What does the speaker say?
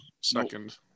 second